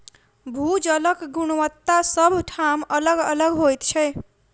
भू जलक गुणवत्ता सभ ठाम अलग अलग होइत छै